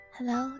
Hello